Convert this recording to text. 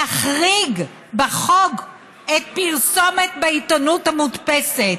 יחריג בחוק פרסומת בעיתונות המודפסת.